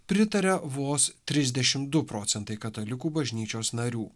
pritaria vos trisdešim du procentai katalikų bažnyčios narių